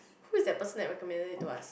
who is the person that recommended it to us